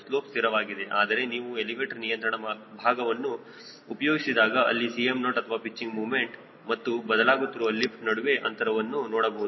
slope ಸ್ಥಿರವಾಗಿದೆ ಆದರೆ ನೀವು ಎಲಿವೇಟರ್ ನಿಯಂತ್ರಣ ಭಾಗವನ್ನು ಉಪಯೋಗಿಸಿದಾಗ ಅಲ್ಲಿ Cm0 ಅಥವಾ ಪಿಚ್ಚಿಂಗ್ ಮೂಮೆಂಟ್ ಮತ್ತು ಬದಲಾಗುತ್ತಿರುವ ಲಿಫ್ಟ್ ನಡುವೆ ಅಂತರವನ್ನು ನೋಡಬಹುದು